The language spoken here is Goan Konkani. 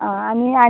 आं आनी